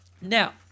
Now